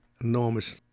enormous